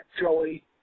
Joey